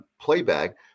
Playback